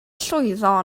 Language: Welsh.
llwyddo